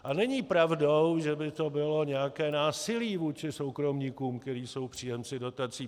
A není pravdou, že by to bylo nějaké násilí vůči soukromníkům, kteří jsou příjemci dotací.